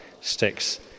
sticks